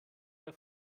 der